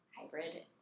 hybrid